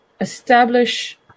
establish